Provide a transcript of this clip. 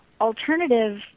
alternative